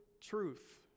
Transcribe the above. truth